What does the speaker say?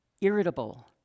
irritable